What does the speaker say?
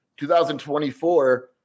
2024